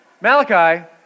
Malachi